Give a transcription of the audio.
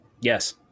Yes